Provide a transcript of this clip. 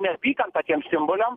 neapykantą tiem simboliam